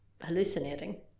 hallucinating